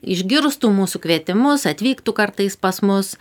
išgirstų mūsų kvietimus atvyktų kartais pas mus